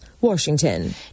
Washington